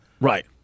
Right